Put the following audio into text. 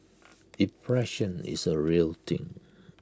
depression is A real thing